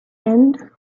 and